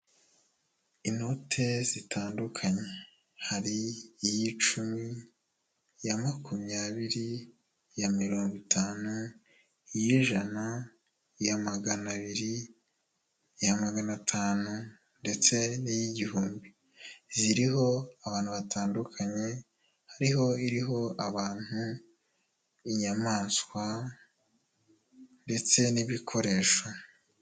Inote zitandukanye, hari iy'icumi, iya makumyabiri, iya mirongo itanu, iy'ijana, iya magana abiri, iya magana tanu ndetse n'iy'igihumbi, ziriho abantu batandukanye, hariho iriho abantu, inyamaswa ndetse n'ibikoresho.